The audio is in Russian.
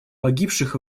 погибших